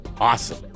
Awesome